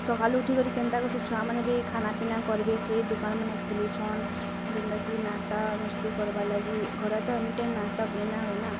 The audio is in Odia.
ସକାଳୁ ଉଠିକରି କେନ୍ତା କୁ ସେ ଛୁଆମାନେ ବି ଖାନା ପିନା କରିବେ ସେ ଦୁକାନମାନ ଖୋଲୁଛନ୍ ଯେନ୍ତା କି ନାସ୍ତା ନୁସ୍ତି କର୍ବାର୍ ଲାଗି ଘରେ ତ ଏନି ଟାଇମ୍ ନାସ୍ତା ବନେଇନା ହଏନା